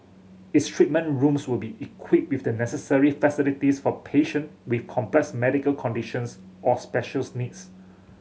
its treatment rooms will be equipped with the necessary facilities for patient with complex medical conditions or specials needs